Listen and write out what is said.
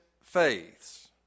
faiths